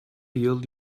yıl